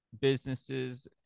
businesses